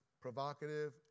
provocative